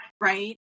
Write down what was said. Right